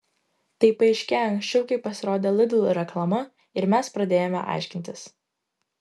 tai paaiškėjo anksčiau kai pasirodė lidl reklama ir mes pradėjome aiškintis